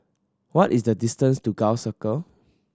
what is the distance to Gul Circle